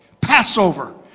Passover